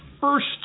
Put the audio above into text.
first